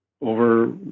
over